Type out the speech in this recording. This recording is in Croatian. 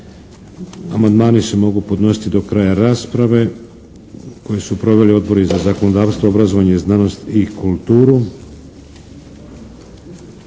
Amandmani se mogu podnositi do kraja rasprave koju su proveli Odbori za zakonodavstvo, obrazovanje i znanost i kulturu.